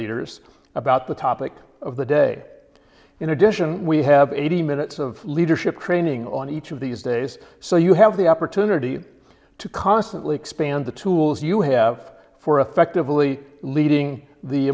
leaders about the topic of the day in addition we have eighty minutes of leadership training on each of these days so you have the opportunity to constantly expand the tools you have for effectively leading the